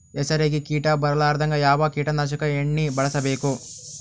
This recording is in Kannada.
ಹೆಸರಿಗಿ ಕೀಟ ಬರಲಾರದಂಗ ಯಾವ ಕೀಟನಾಶಕ ಎಣ್ಣಿಬಳಸಬೇಕು?